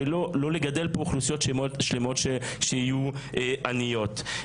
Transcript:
שלא לגדל אוכלוסיות שלמות שתהיינה עניות.